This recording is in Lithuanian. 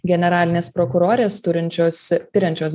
generalinės prokurorės turinčios tiriančios